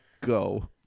Go